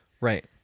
Right